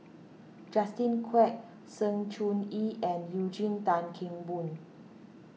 Justin Quek Sng Choon Yee and Eugene Tan Kheng Boon